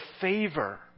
favor